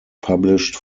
published